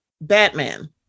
batman